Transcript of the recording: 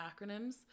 acronyms